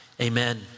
amen